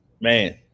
Man